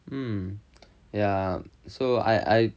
mm ya so I I